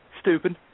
stupid